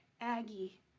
Aggie